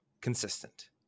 Consistent